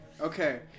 Okay